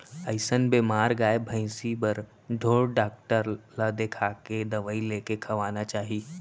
अइसन बेमार गाय भइंसी बर ढोर डॉक्टर ल देखाके दवई लेके खवाना चाही